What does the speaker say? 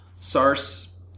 Sars